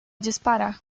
disparar